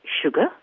sugar